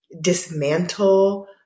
dismantle